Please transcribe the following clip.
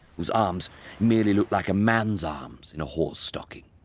whose arms merely looked like a man's arms in a whore's stocking.